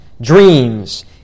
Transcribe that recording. dreams